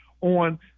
on